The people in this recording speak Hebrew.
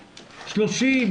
30,